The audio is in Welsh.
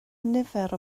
nifer